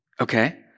okay